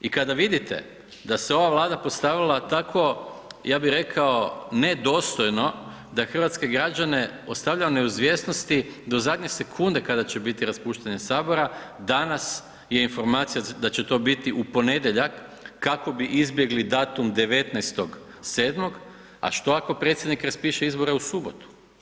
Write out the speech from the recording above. I kada vidite da se ova Vlada postavila tako, ja bih rekao, nedostojno da hrvatske građane ostavlja u neizvjesnosti do zadnje sekunde kada će biti raspuštanje Sabora, danas je informacija da će to biti u ponedjeljak, kako bi izbjegli datum 19.7., a što ako predsjednik raspiše izbore u subotu?